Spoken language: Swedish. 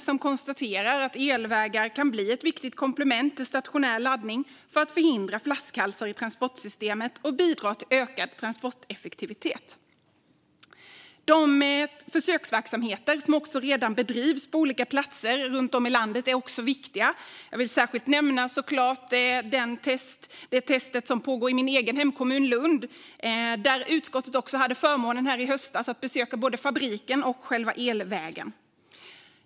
Den konstaterar att elvägar kan bli ett viktigt komplement till stationär laddning för att förhindra flaskhalsar i transportsystemet och bidra till ökad transporteffektivitet. De försöksverksamheter som redan bedrivs på olika platser runt om i landet är också viktiga. Jag vill såklart särskilt nämna det test som pågår i min egen hemkommun Lund, där utskottet hade förmånen att i höstas besöka både fabriken och själva elvägen. Fru talman!